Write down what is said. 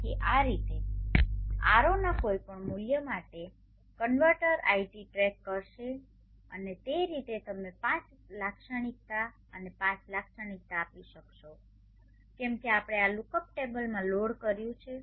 તેથી આ રીતે R0 ના કોઈપણ મૂલ્ય માટે આ કન્વર્ટર iT ટ્રેક કરશે અને તે રીતે તમે IV લાક્ષણિકતા અને IV લાક્ષણિકતા આપી શકશો કેમ કે આપણે આ લુકઅપ ટેબલમાં લોડ કર્યું છે